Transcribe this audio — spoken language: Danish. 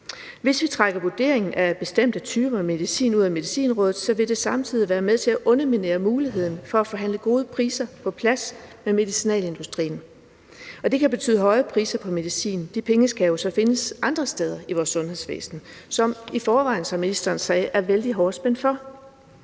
Hvis vi trækker vurderingen af bestemte typer medicin ud af Medicinrådet, vil det samtidig være med til at underminere muligheden for at forhandle gode priser på plads med medicinalindustrien, og det kan betyde højere priser på medicin, og de penge skal jo så findes andre steder i vores sundhedsvæsen, som i forvejen, som ministeren sagde, er vældig hårdt spændt for.